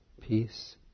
peace